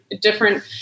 different